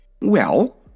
Well